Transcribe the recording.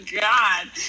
God